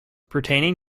pertaining